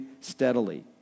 steadily